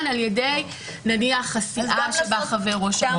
על ידי נניח הסיעה שבה חבר ראש הרשות?